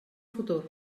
futur